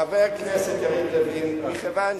חבר הכנסת יריב לוין, מכיוון